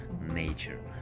nature